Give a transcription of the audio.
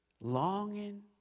longing